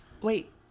Wait